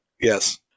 yes